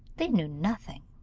they knew nothing,